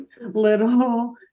little